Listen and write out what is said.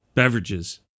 Beverages